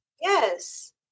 Yes